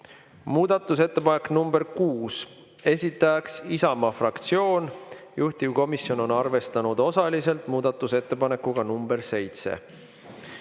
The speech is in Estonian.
Muudatusettepanek nr 6, esitajaks Isamaa fraktsioon, juhtivkomisjon on arvestanud osaliselt koos muudatusettepanekuga nr 7.